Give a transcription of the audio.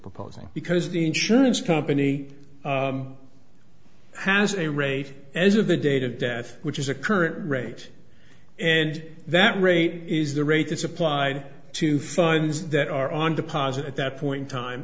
proposing because the insurance company has a rate as of the date of death which is a current rate and that rate is the rate it's applied to funds that are on deposit at that point in time